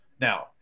Now